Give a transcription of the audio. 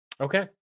Okay